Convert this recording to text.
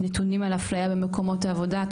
נתונים על אפליה במקומות העבודה.